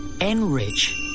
enrich